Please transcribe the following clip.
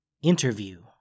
interview